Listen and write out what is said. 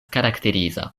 karakteriza